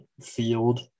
field